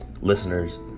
Listeners